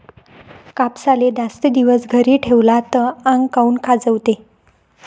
कापसाले जास्त दिवस घरी ठेवला त आंग काऊन खाजवते?